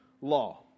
law